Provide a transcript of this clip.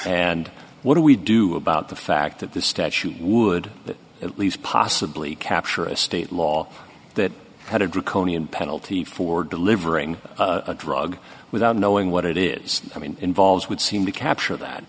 and what do we do about the fact that the statute would at least possibly capture a state law that had a draconian penalty for delivering a drug without knowing what it is i mean involves would seem to capture that